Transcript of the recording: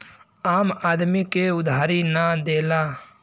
आम आदमी के उधारी ना देला